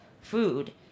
food